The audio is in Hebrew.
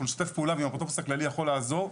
אנחנו נשתף פעולה ואם האפוטרופוס הכללי יכול לעזור,